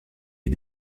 est